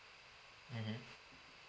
mmhmm